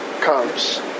comes